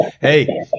Hey